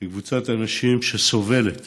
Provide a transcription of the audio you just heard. לקבוצת אנשים שסובלת